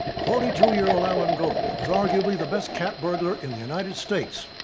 forty two year old alan golder was arguably the best cat burglar in the united states.